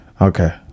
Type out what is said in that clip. Okay